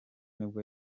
nibwo